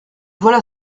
voilà